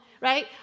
right